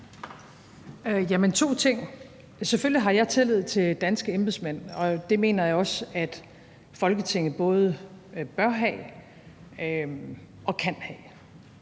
Jeg har selvfølgelig tillid til danske embedsmænd, og det mener jeg også at Folketinget både bør have og kan have.